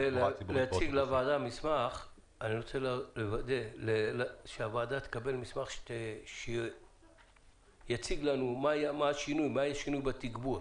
אני רוצה לוודא שהוועדה תקבל מסמך שיציג מה היה השינוי בתגבור,